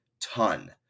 ton